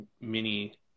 mini